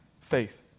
Faith